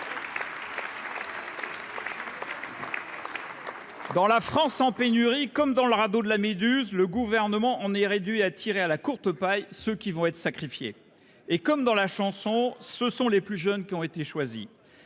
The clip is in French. Dans la France en pénurie, comme dans le radeau de la méduse. Le gouvernement en est réduit à tirer à la courte paille ceux qui vont être sacrifiés et comme dans la chanson, ce sont les plus jeunes qui ont été choisies